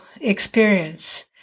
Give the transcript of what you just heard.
experience